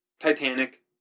Titanic